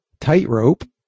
tightrope